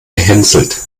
gehänselt